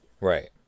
right